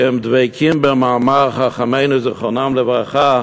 כי הם דבקים במאמר חכמינו זיכרונם לברכה: